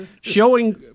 Showing